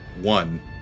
One